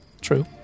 True